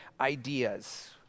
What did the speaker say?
ideas